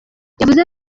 yavuze